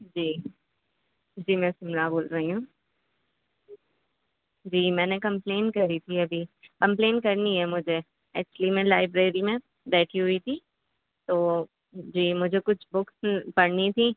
جی جی میں سمیرہ بول رہی ہوں جی میں نے کمپلین کری تھی ابھی کمپلین کرنی ہے مجھے ایکچولی میں لائبریری میں بیٹھی ہوئی تھی تو جی مجھے کچھ بکس پڑھنی تھیں